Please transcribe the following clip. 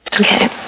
Okay